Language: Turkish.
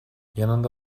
yanında